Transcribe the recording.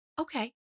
Okay